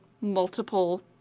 multiple